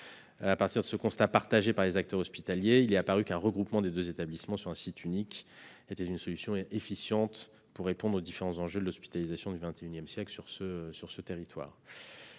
à partir de ce constat partagé par les acteurs hospitaliers, qu'un regroupement des deux établissements sur un site unique était une solution efficiente pour répondre aux différents enjeux de l'hospitalisation du XXI siècle sur ce territoire.